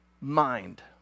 mind